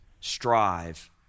Strive